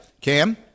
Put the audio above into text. Cam